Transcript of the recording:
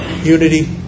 unity